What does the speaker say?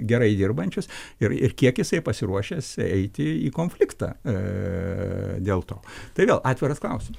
gerai dirbančius ir ir kiek jisai pasiruošęs eiti į konfliktą dėl to tai vėl atviras klausimas